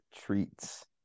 treats